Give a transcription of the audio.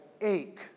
ache